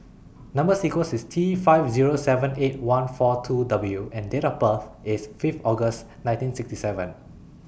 Number sequence IS T five Zero seven eight one four two W and Date of birth IS Fifth August nineteen sixty seven